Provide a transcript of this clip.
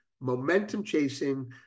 momentum-chasing